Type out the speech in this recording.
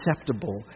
acceptable